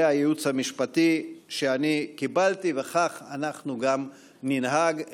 זה הייעוץ המשפטי שאני קיבלתי וכך אנחנו גם ננהג,